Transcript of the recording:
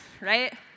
right